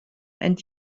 and